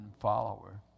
follower